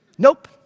Nope